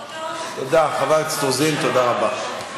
תודה, חברת הכנסת רוזין, תודה רבה.